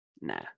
Nah